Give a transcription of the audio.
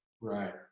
right